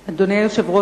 היושב-ראש,